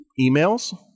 emails